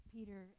Peter